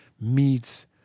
meets